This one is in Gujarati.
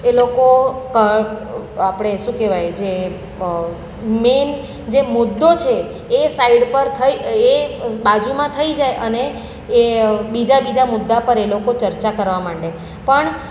એ લોકો આપણે શું કહેવાય જે મેન જે મુદ્દો છે એ સાઈડ પર થઈ એ બાજુમાં થઈ જાય અને એ બીજા બીજા મુદ્દા પર એ લોકો ચર્ચા કરવા માંડે પણ